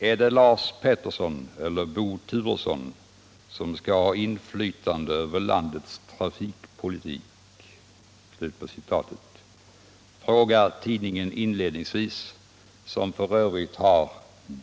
”Ärdet Lars Peterson eller Bo Turesson som ska ha inflytande över landets trafikpolitik?”, frågar tidningen inledningsvis. Tidningen har f. ö.